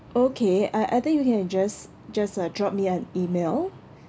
okay I I think you can just just uh drop me an email